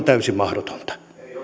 täysin mahdotonta edustaja pakkanen